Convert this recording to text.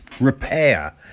repair